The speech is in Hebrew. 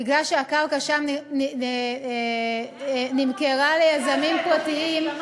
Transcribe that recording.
מפני שהקרקע שם נמכרה ליזמים פרטיים,